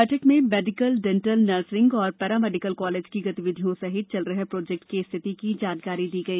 बैठक में medical dental nursing और पैरामेडीकल कॉलेज की गतिविधियों सहित चल रहे प्रोजेक्ट की स्थिति की जानकारी दी गई